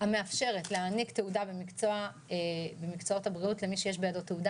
המאפשרת להעניק תעודה במקצועות הבריאות למי שיש בידו תעודה